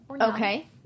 Okay